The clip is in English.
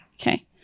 Okay